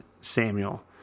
Samuel